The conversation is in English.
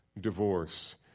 divorce